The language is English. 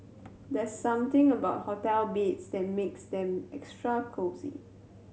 there's something about hotel beds that makes them extra cosy